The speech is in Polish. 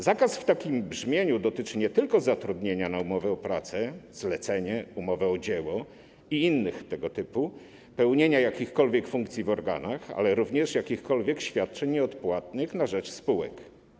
Zakaz w takim brzmieniu dotyczy nie tylko zatrudnienia na umowę o pracę, umowę zlecenia, umowę o dzieło i innych tego typu umów w celu pełnienia jakichkolwiek funkcji w organach, ale również jakichkolwiek świadczeń nieodpłatnych na rzecz spółek.